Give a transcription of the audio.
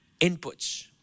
inputs